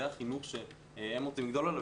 זה החינוך שהם רוצים לגדול עליו,